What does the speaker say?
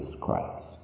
Christ